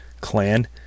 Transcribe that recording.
clan